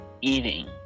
eating